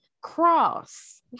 cross